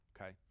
okay